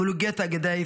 מולוגטה גדיף,